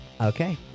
Okay